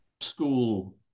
school